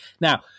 Now